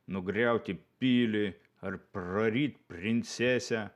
nugriauti pilį ar praryt princesę